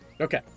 okay